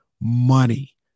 money